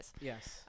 yes